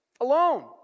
alone